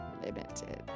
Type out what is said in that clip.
limited